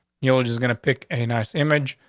your just gonna pick a nice image,